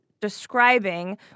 describing